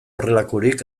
horrelakorik